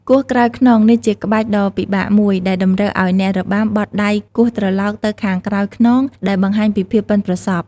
គោះក្រោយខ្នង នេះជាក្បាច់ដ៏ពិបាកមួយ ដែលតម្រូវឱ្យអ្នករបាំបត់ដៃគោះត្រឡោកនៅខាងក្រោយខ្នង ដែលបង្ហាញពីភាពប៉ិនប្រសប់។